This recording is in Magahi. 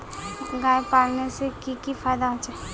गाय पालने से की की फायदा होचे?